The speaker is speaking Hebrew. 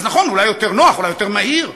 אז נכון, אולי יותר נוח, אולי יותר מהיר,